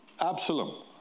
Absalom